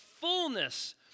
fullness